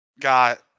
got